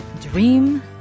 Dream